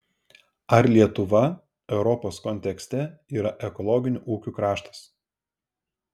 ar lietuva europos kontekste yra ekologinių ūkių kraštas